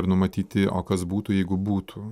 ir numatyti o kas būtų jeigu būtų